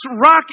rock